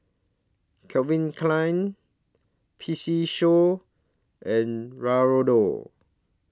Calvin Klein P C Show and Raoul